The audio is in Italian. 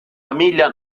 famiglia